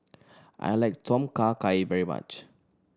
I like Tom Kha Gai very much